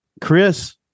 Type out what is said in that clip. chris